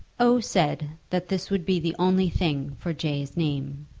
o. said that this would be the only thing for j s name.